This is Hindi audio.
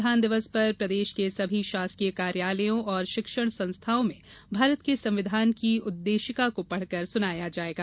संविधान दिवस पर प्रदेश के सभी शासकीय कार्यालयों और शिक्षण संस्थाओं में भारत के संविधान की उद्देशिका को पढ़कर सुनाया जायेगा